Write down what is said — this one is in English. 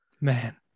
Man